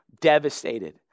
devastated